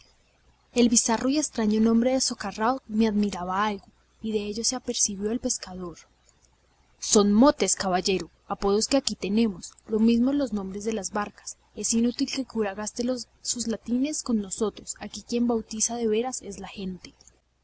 el bizarro y extraño nombre de socarrao me admiraba algo y de ello se apercibió el pescador son motes caballero apodos que aquí tenemos lo mismo los hombres que las barcas es inútil que el cura gaste sus latines con nosotros aquí quien bautiza de veras es la gente